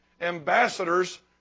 ambassadors